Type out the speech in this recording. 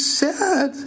sad